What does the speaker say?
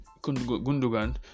Gundogan